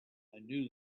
knew